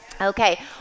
Okay